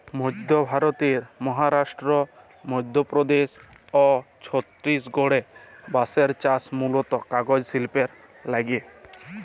মইধ্য ভারতের মহারাস্ট্র, মইধ্যপদেস অ ছত্তিসগঢ়ে বাঁসের চাস হয় মুলত কাগজ সিল্পের লাগ্যে